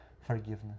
forgiveness